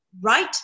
right